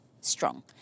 strong